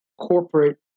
corporate